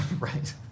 Right